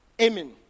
Amen